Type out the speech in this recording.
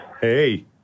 Hey